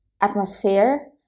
atmosphere